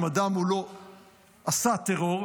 אם אדם לא עשה טרור,